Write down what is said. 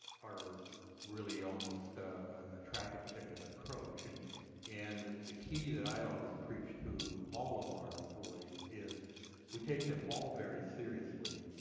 are really almost a traffic ticket approach. and and the key that i always preach to all of our employees is we take them all very seriously,